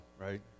right